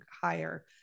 higher